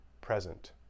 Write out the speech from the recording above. present